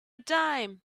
dime